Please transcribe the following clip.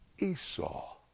Esau